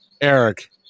Eric